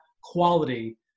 quality